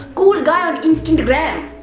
cool guy on instant-gram. uhhh.